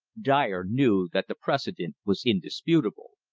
dyer knew that the precedent was indisputable.